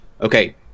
Okay